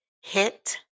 hit